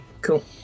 Cool